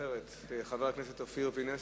חבר הכנסת אופיר פינס?